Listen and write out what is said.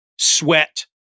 sweat